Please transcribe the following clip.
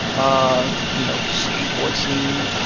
ah you know, skateboard scene.